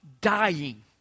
dying